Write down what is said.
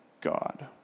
God